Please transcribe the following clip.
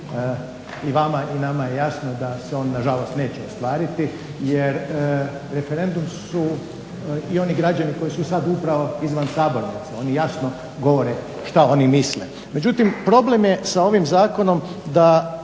I vama i nama je jasno da se on nažalost neće ostvariti jer referendum su i oni građani koji su sada upravo izvan Sabornice oni jasno govore šta oni misle. Međutim, problem je sa ovim Zakonom da